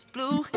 Blue